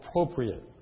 appropriate